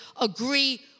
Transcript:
agree